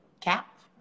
Cap